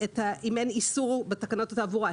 אם אין איסור בתקנות התעבורה.